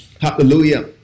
Hallelujah